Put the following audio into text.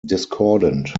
discordant